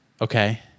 Okay